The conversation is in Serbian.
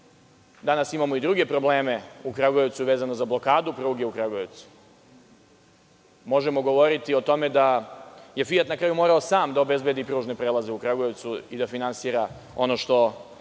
imamo i druge probleme u Kragujevcu vezano za blokadu pruge u Kragujevcu. Možemo govoriti o tome da je Fijat na kraju morao sam da obezbedi pružne prelaze u Kragujevcu i da finansira ono što